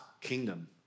kingdom